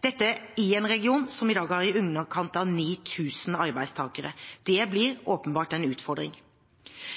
dette i en region som i dag har i underkant av 9 000 arbeidstakere. Det blir åpenbart en utfordring.